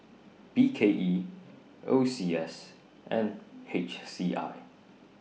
B K E O C S and H C I